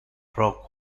pro